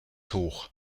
hoch